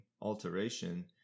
alteration